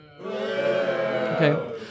Okay